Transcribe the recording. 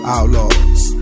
Outlaws